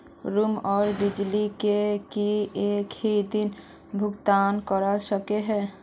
Room आर बिजली के बिल एक हि दिन भुगतान कर सके है?